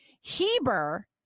Heber